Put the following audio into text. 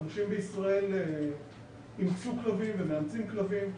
אנשים בישראל אימצו כלבים ומאמצים כלבים,